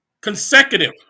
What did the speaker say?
consecutive